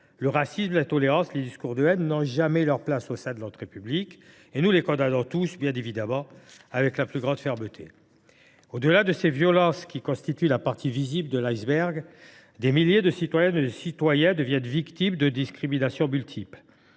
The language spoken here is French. Le racisme, l’intolérance et les discours de haine n’ont jamais leur place au sein de notre République et nous les condamnons évidemment avec la plus grande fermeté. Au delà de ces violences, qui constituent la partie visible de l’iceberg, des milliers de citoyennes et de citoyens deviennent victimes de discriminations multiples.